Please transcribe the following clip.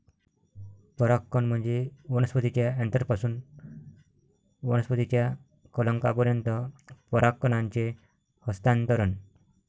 परागकण म्हणजे वनस्पतीच्या अँथरपासून वनस्पतीच्या कलंकापर्यंत परागकणांचे हस्तांतरण